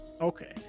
Okay